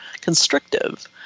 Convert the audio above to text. constrictive